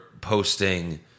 posting